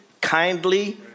kindly